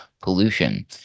Pollution